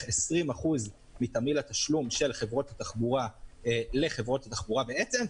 20% מתמהיל התשלום של חברות התחבורה לחברות התחבורה בעצם,